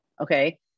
Okay